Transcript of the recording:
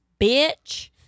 bitch